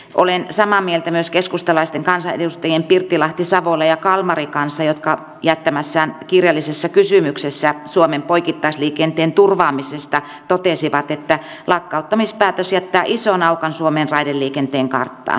olen samaa mieltä myös keskustalaisten kansanedustajien pirttilahti savola ja kalmari kanssa jotka jättämässään kirjallisessa kysymyksessä suomen poikittaisliikenteen turvaamisesta totesivat että lakkauttamispäätös jättää ison aukon suomen raideliikenteen karttaan